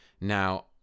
Now